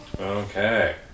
Okay